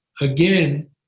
again